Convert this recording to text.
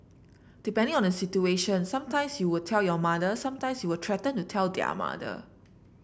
depending on the situation some times you would tell your mother some times you will threaten to tell their mother